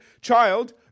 child